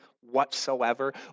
whatsoever